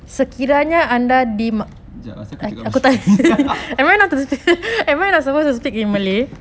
jap apesal kau cakap baha~